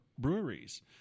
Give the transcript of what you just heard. Breweries